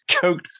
coke